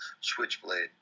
switchblade